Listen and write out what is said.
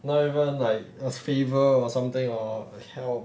not even like a favor or something or help